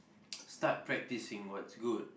start practicing what's good